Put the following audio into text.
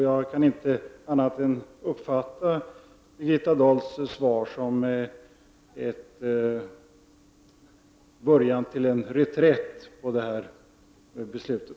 Jag kan inte uppfatta Birgitta Dahls svar annat än som en början till en reträtt från beslutet.